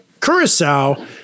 curacao